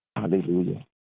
Hallelujah